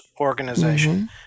Organization